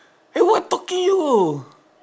eh what talking you